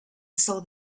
saw